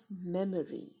memory